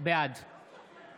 בעד גלעד קריב, נגד